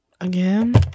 Again